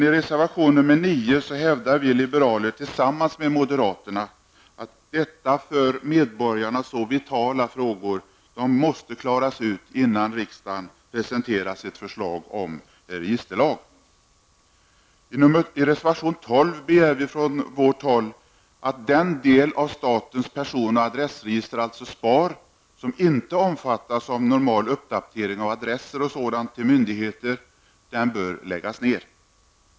I reservation 9 hävdar vi liberaler tillsammans med moderaterna att dessa för medborgarna så vitala frågor måste klaras ut innan riksdagen presenteras ett förslag om registerlag. I reservation 12 begär vi från folkpartiet liberalerna att den del av statens person och adressregister, SPAR, som inte omfattas av normal uppdatering av adresser till myndigheter, bör läggas ner.